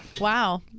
Wow